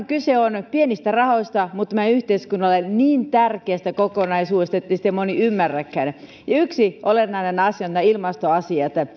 kyse on pienistä rahoista mutta meidän yhteiskunnallemme niin tärkeästä kokonaisuudesta ettei sitä moni ymmärräkään yksi olennainen asia on nämä ilmastoasiat